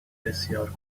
بسیار